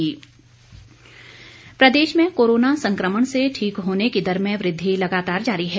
प्रदेश corona प्रदेश में corona संक्रमण से ठीक होने की दर में वृद्धि लगातार जारी है